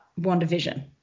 WandaVision